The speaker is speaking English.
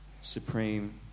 supreme